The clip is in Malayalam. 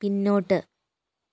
പിന്നോട്ട്